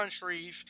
countries